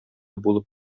булып